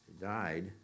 died